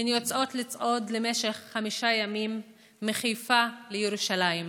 הן יוצאות לצעוד במשך חמישה ימים מחיפה לירושלים.